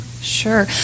Sure